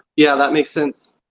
yeah, that makes sense.